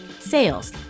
sales